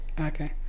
okay